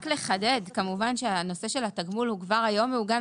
רק לחדד: כמובן שהנושא של התגמול מעוגן